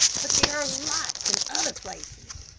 but there are lots in other places.